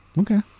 Okay